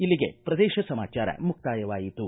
ಇಲ್ಲಿಗೆ ಪ್ರದೇಶ ಸಮಾಚಾರ ಮುಕ್ತಾಯವಾಯಿತು